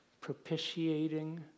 propitiating